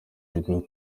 ngo